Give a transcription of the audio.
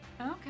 okay